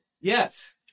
Yes